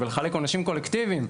ולחלק עונשים קולקטיביים,